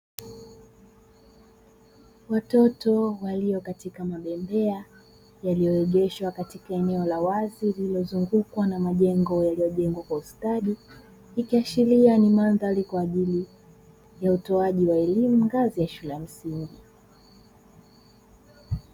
Watoto walio katika mabembea yalioegeshwa katika eneo la wazi lililozungukwa na majengo yaliojengwa kwa ustadi ikiashiria ni mandhari kwajili ya utoaji wa elimu wa ngazi ya shule ya msingi.